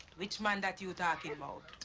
which man that you talking about?